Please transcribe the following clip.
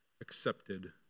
accepted